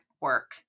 work